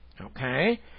Okay